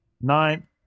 Nine